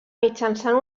mitjançant